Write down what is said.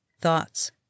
Thoughts